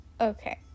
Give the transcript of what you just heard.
okay